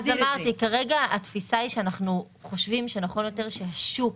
אמרתי שכרגע התפיסה היא שאנחנו חושבים שנכון יותר שהשוק